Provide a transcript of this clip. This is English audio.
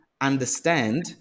understand